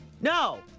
No